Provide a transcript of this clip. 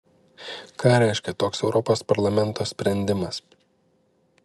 ką reiškia toks europos parlamento sprendimas